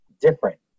different